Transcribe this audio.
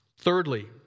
Thirdly